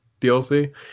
DLC